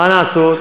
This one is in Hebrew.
מה לעשות,